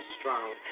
strong